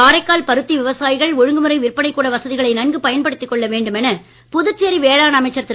காரைக்கால் பருத்தி விவசாயிகள் ஒழுங்குமுறை விற்பனைக்கூட வசதிகளை நன்கு பயன்படுத்திக் கொள்ள வேண்டுமென புதுச்சேரி வேளான் அமைச்சர் திரு